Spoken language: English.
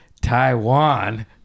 Taiwan